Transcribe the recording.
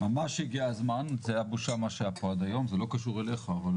מעקב אחרי ביצוע הקמה של חדרים אקוטיים, אבל נגיע